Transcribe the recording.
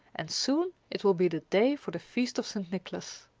and soon it will be the day for the feast of st. nicholas.